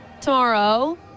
tomorrow